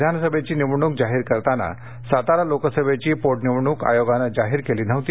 विधानसभेची निवडणूक जाहीर करताना सातारा लोकसभेची पोटनिवडणूक आयोगानं जाहीर केली नव्हती